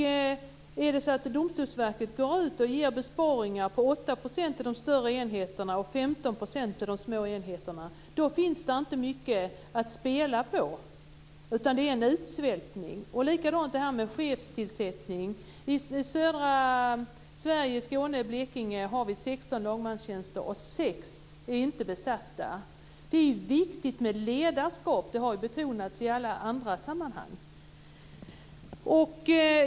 Är det så att Domstolsverket ska göra besparingar på 8 % på de större enheterna och 15 % på de små enheterna då finns det inte mycket att spela på, utan det är en utsvältning. Likadant är det med chefstillsättning. I södra Sverige, i Skåne och Blekinge, har vi 16 lagmanstjänster och sex är inte besatta. Det är viktigt med ledarskap, det har ju betonats i alla andra sammanhang.